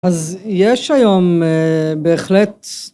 אז יש היום בהחלט